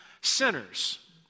sinners